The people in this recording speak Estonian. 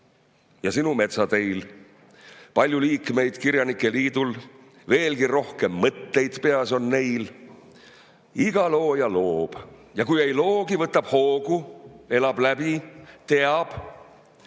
ja sinu metsateil. / Palju liikmeid Kirjanike Liidul, / veelgi rohkem mõtteid peas on neil. // Iga looja loob. Ja kui ei loogi, / võtab hoogu, elab läbi, teab.